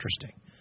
interesting